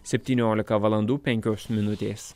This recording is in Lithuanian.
septyniolika valandų penkios minutės